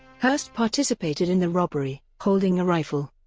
hearst participated in the robbery, holding a rifle,